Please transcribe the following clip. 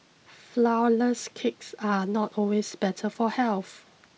flourless cakes are not always better for health